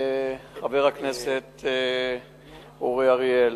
חבר הכנסת אורי אריאל,